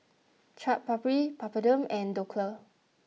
Chaat Papri Papadum and Dhokla